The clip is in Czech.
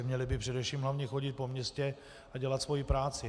Měli by především hlavně chodit po městě a dělat svoji práci.